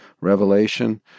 revelation